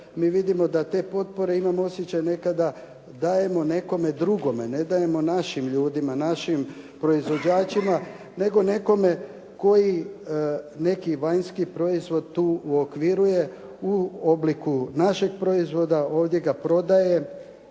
mi vidimo da te potpore imam osjećaj nekada dajemo nekome drugome, ne dajemo našim ljudima, našim proizvođačima nego nekome koji neki vanjski proizvod tu u okviru je u obliku našeg proizvoda, ovdje ga prodaje,